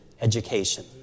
education